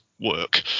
work